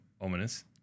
ominous